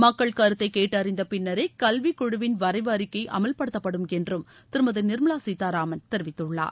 மக்கள் கருத்தை கேட்டறிந்தபின்னரே கல்விக் குழுவின் வரைவு அறிக்கை அமல்படுத்தப்படும் என்றும் திருமதி நிர்மலா சீதாராமன் தெரிவித்துள்ளார்